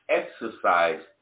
exercise